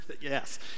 Yes